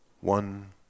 One